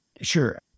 Sure